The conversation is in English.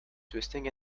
twisting